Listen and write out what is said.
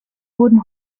wurden